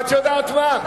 את יודעת מה?